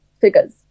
figures